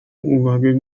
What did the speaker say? uwagę